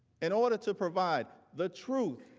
in order to provide the truth,